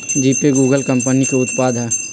GPay Google कंपनी के उत्पाद हइ